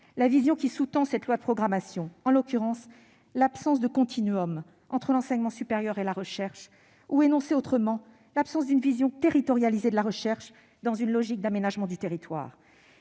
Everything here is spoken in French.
la vision qui sous-tend cette loi de programmation : il s'agit de l'absence de continuum entre l'enseignement supérieur et la recherche ou, énoncé autrement, de l'absence d'une vision territorialisée de la recherche dans une logique d'aménagement du territoire.